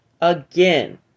again